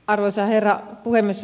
arvoisa herra puhemies